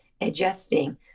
adjusting